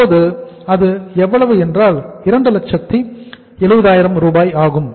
அப்போது அது எவ்வளவு என்றால் 270000 ஆகும்